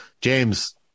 James